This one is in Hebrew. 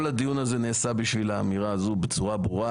כל הדיון הזה נעשה בשביל האמירה הזאת בצורה ברורה,